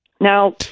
Now